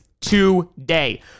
today